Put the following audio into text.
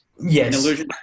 Yes